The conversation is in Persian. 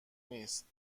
نیست